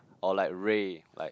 or like Ray like